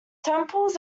temples